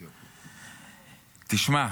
תשמע,